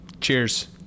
Cheers